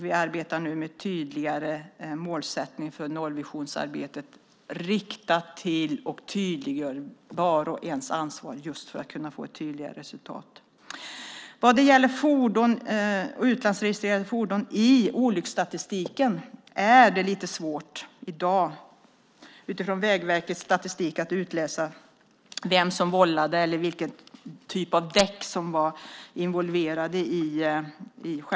Vi arbetar nu med en tydligare målsättning för nollvisionsarbetet som tydliggör vars och ens ansvar, just för att kunna få ett tydligare resultat. Vad gäller utlandsregistrerade fordon i olycksstatistiken är det i dag lite svårt att utifrån Vägverkets statistik utläsa vem som har vållat en olycka eller vilken typ av däck som varit involverad i olyckan.